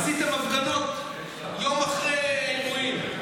עשיתם הפגנות יום אחרי אירועים.